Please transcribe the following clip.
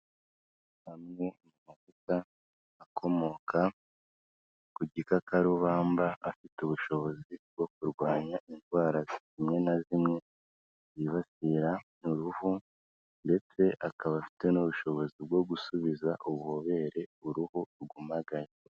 Amwe mavuta akomoka ku gikakarubamba afite ubushobozi bwo kurwanya indwara zimwe na zimwe zibasira uruhu ndetse akaba afite n'ubushobozi bwo gusubiza ububobere uruhu rwumaganye.